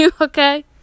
Okay